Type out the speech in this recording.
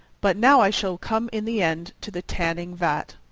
but now i shall come in the end to the tanning-vat.